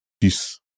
Peace